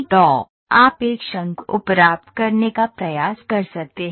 तो आप एक शंकु प्राप्त करने का प्रयास कर सकते हैं